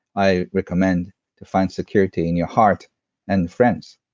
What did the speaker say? i recommend to find security in your heart and friends.